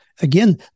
Again